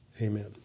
Amen